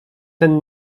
ten